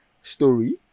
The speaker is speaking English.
story